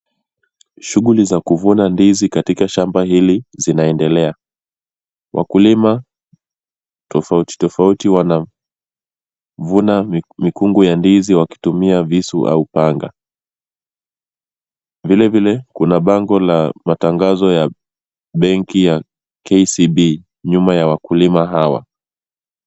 Shuguli za kuvuna ndizi katika shamba hili zinaendelea. Wakulima tofauti tofauti wanavuna mikungu ya ndizi wakitumia visu au panga. Vile vile, kuna bango la matangazo ya benki ya KCB nyuma ya wakulima hawa.